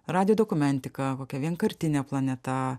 radijo dokumentika kokia vienkartinė planeta